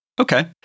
Okay